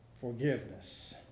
forgiveness